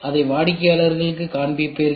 அதை வாடிக்கையாளர்களுக்குக் காண்பிப்பீர்கள்